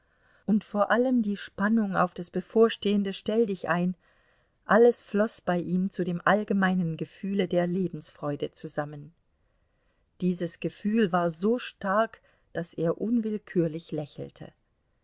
und vor allem die spannung auf das bevorstehende stelldichein alles floß bei ihm zu dem allgemeinen gefühle der lebensfreude zusammen dieses gefühl war so stark daß er unwillkürlich lächelte